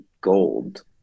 gold